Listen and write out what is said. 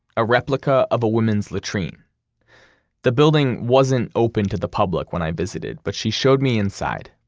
a replica of a woman's latrine the building wasn't open to the public when i visited, but she showed me inside.